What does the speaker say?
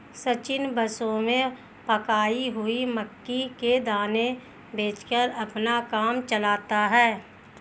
सचिन बसों में पकाई हुई मक्की के दाने बेचकर अपना काम चलाता है